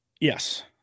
Yes